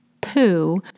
poo